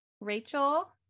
Rachel